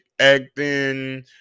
acting